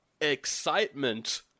excitement